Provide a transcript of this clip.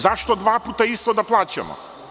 Zašto dva puta isto da plaćamo?